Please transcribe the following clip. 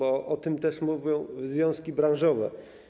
O tym też mówią związki branżowe.